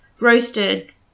roasted